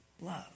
love